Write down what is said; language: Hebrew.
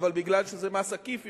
אבל מכיוון שזה מס עקיף,